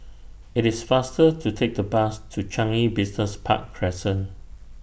IT IS faster to Take The Bus to Changi Business Park Crescent